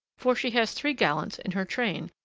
for she has three gallants in her train,